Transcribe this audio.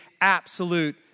absolute